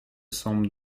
semble